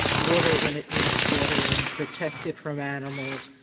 water when it needs watering, protect it from animals?